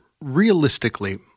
realistically